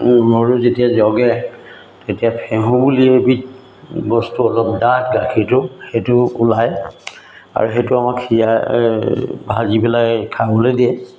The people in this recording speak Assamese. গৰু যেতিয়া জগে তেতিয়া ফেহু বুলি এবিধ বস্তু অলপ ডাঠ গাখীৰটো সেইটো ওলায় আৰু সেইটো আমাক খীৰাই ভাজি পেলাই খাবলৈ দিয়ে